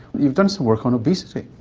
you've done some work on obesity.